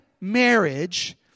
marriage